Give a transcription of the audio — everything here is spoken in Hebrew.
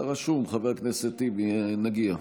אתה רשום, חבר הכנסת טיבי, נגיע.